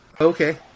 Okay